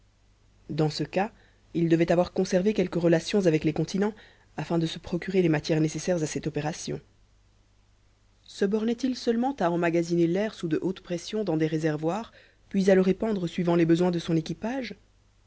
dans ce cas il devait avoir conservé quelques relations avec les continents afin de se procurer les matières nécessaires à cette opération se bornait il seulement à emmagasiner l'air sous de hautes pressions dans des réservoirs puis à le répandre suivant les besoins de son équipage